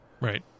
Right